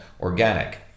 organic